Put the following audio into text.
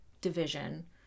division